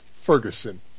Ferguson